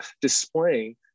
displaying